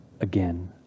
again